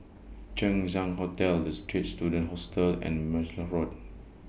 Chang Ziang Hotel The Straits Students Hostel and Martlesham Road